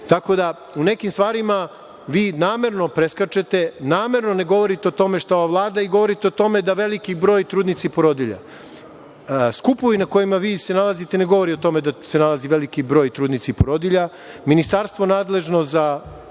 Tako da u nekim stvarima, vi namerno preskačete, namerno ne govorite o tome šta ova Vlada i govorite o tome da veliki broj trudnica i porodilja. Skupovi na kojima se nalazite ne govore o tome da se tu nalazi veliki broj trudnica i porodilja,